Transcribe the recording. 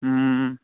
ꯎꯝ